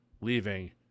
leaving